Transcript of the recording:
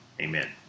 Amen